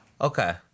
Okay